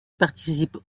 participe